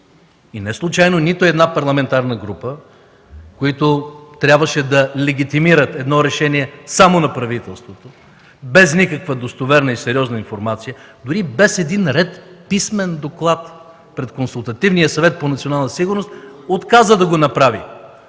Неслучайно нито една от парламентарните групи, които трябваше да легитимират едно решение само на правителството, без никаква достоверна и сериозна информация, дори без един ред писмен доклад пред Консултативния съвет за национална сигурност, отказа да го направи,